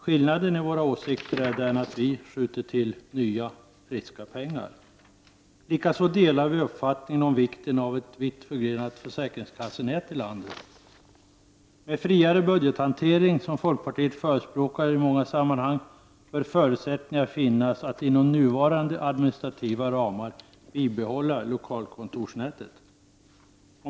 Skillnaden i våra åsikter är den att vi vill skjuta till nya friska pengar. Likaså delar vi uppfattningen om vikten av ett vitt förgrenat försäkringskassenät i landet. Med friare budgethantering, som folkpartiet förespråkar i många sammanhang, bör förutsättningar finnas att inom nuvarande administrativa ramar bibehålla lokalkontorsnätet.